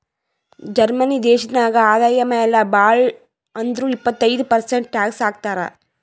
Germany ದೇಶನಾಗ್ ಆದಾಯ ಮ್ಯಾಲ ಭಾಳ್ ಅಂದುರ್ ಇಪ್ಪತ್ತೈದ್ ಪರ್ಸೆಂಟ್ ಟ್ಯಾಕ್ಸ್ ಹಾಕ್ತರ್